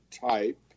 type